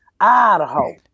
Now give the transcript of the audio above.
idaho